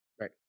Right